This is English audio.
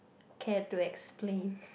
care to explain